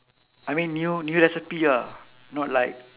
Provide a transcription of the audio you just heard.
I mean new new recipe ah not like